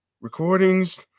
recordings